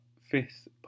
fifth